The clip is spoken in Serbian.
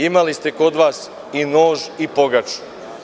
Imali ste kod vas i nož i pogaču.